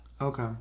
Okay